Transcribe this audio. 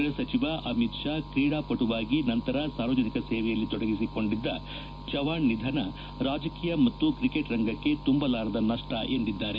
ಗ್ಬಹ ಸಚಿವ ಅಮಿತ್ ಷಾ ಕ್ರೀಡಾಪಟುವಾಗಿ ನಂತರ ಸಾರ್ವಜನಿಕ ಸೇವೆಯಲ್ಲಿ ತೊಡಗಿಸಿಕೊಂಡ ಚವ್ಹಾಣ್ ನಿಧನ ರಾಜಕೀಯ ಮತ್ತು ಕ್ರಿಕೆಟ್ ರಂಗಕ್ಕೆ ತುಂಬಲಾರದ ನಷ್ಟ ಎಂದಿದ್ದಾರೆ